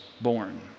born